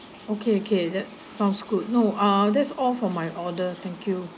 okay okay that sounds good no ah that's all for my order thank you